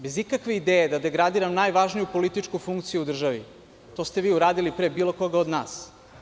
Bez ikakve ideje da degradiram najvažniju političku funkciju u državi, to ste vi uradili pre bilo koga od nas.